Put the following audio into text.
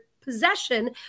possession